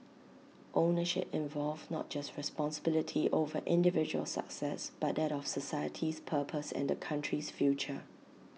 ownership involved not just responsibility over individual success but that of society's purpose and the country's future